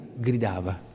gridava